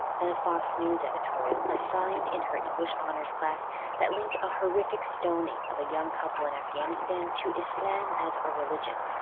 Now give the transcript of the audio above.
then a fox news editorial assigned in her english honors class that linked a horrific stoning of a young couple in afghanistan to islam as a religion.